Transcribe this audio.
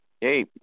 hey